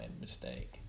mistake